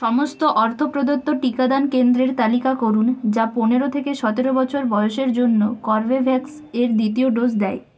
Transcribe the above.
সমস্ত অর্থ প্রদত্ত টিকাদান কেন্দ্রের তালিকা করুন যা পনেরো থেকে সতেরো বছর বয়সের জন্য কর্বেভ্যাক্স এর দ্বিতীয় ডোজ দেয়